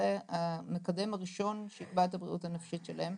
זה המקדם הראשון שיקבע את הבריאות הנפשית שלהם.